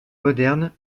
moderne